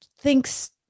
thinks